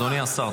אדוני השר,